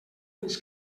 fins